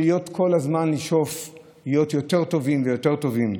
של לשאוף כל הזמן להיות יותר טובים ויותר טובים,